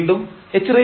വീണ്ടും hn1n1